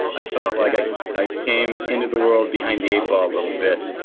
i feel like i i came into the world behind the eight ball a little bit,